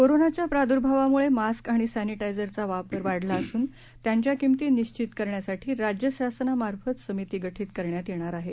कोरोनाच्या प्राद्भावामुळे मास्क आणि सॅनिटायजरचा वापर वाढला असून त्यांच्या किंमती निश्चित करण्यासाठी राज्य शासनामार्फत समिती गठीत करण्यात येणार आहे